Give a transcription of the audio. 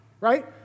right